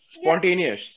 Spontaneous